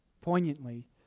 poignantly